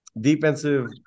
defensive